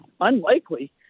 unlikely